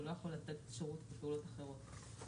הוא לא יכול לתת שירות בפעולות אחרות.